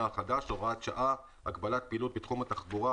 החדש (הוראת שעה) (הגבלת פעילות בתחום התחבורה),